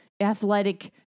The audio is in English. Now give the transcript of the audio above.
athletic